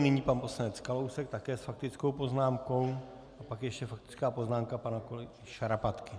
Nyní pan poslanec Kalousek také s faktickou poznámkou a pak ještě faktická poznámka pana kolegy Šarapatky.